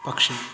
പക്ഷി